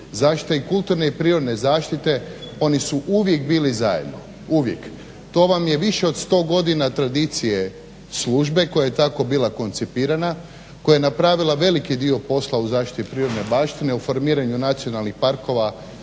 zaštita i kulturne i prirodne zaštite oni su uvijek bili zajedno, uvijek. To vam je više od sto godina tradicije službe koja je tako bila koncipirana, koja je napravila veliki dio posla u zaštiti prirodne baštine, u formiranju nacionalnih parkova